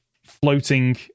floating